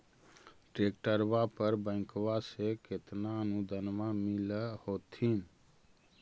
ट्रैक्टरबा पर बैंकबा से कितना अनुदन्मा मिल होत्थिन?